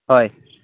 হয়